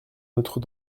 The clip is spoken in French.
notre